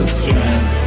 strength